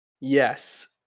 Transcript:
Yes